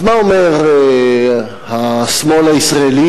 אז מה אומר השמאל הישראלי,